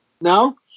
No